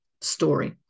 story